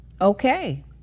Okay